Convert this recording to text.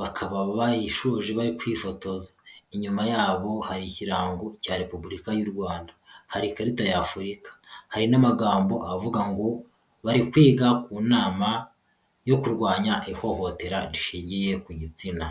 bakaba bayishoje bari kwifotoza, inyuma yabo hari Ikirango cya Repubulika y'u Rwanda, hari ikarita y'Afurika, hari n'amagambo avuga ngo bari kwiga ku nama yo kurwanya ihohotera rishingiye ku gitsina.